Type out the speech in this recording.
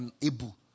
unable